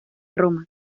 roma